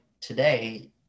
today